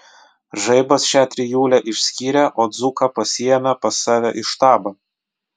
žaibas šią trijulę išskyrė o dzūką pasiėmė pas save į štabą